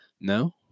No